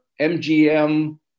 MGM